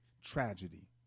tragedy